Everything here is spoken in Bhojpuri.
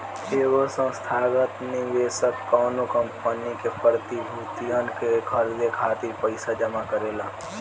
एगो संस्थागत निवेशक कौनो कंपनी के प्रतिभूतियन के खरीदे खातिर पईसा जमा करेला